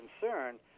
concern